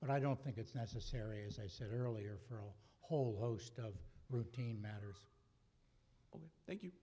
but i don't think it's necessary as i said earlier for a whole host of routine matters thank you